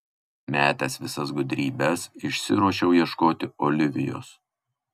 metęs visas gudrybes išsiruošiau ieškoti olivijos